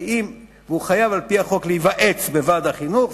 והוא חייב על-פי החוק להיוועץ בוועד החינוך,